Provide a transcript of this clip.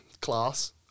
class